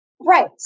Right